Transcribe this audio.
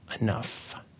enough